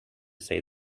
say